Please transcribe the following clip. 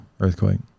earthquake